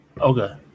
Okay